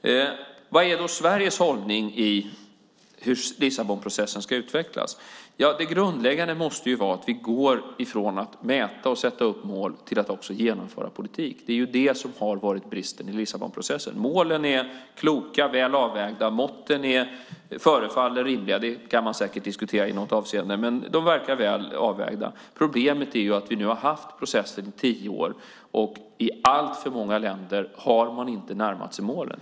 Vilken är då Sveriges hållning när det gäller hur Lissabonprocessen ska utvecklas? Det grundläggande måste vara att vi går från att mäta och sätta upp mål till att också genomföra politik. Det är detta som har varit bristen i Lissabonprocessen. Målen är kloka och väl avvägda. Måtten förefaller rimliga. Det kan man säkert diskutera i något avseende, men de verkar väl avvägda. Problemet är att vi nu har haft processen i tio år, och i alltför många länder har man inte närmat sig målen.